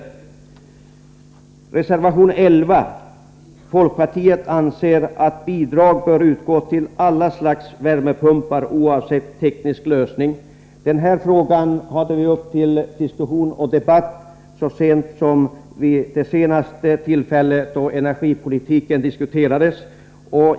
I fråga om reservation 11 anser folkpartiet att bidrag bör utgå till alla slags värmepumpar oavsett teknisk lösning. Denna fråga hade vi uppe till debatt så sent som vid det senaste tillfället då energipolitiken diskuterades.